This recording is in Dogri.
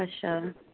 अच्छा